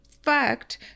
fact